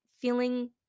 feeling